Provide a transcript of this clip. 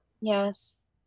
Yes